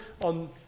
on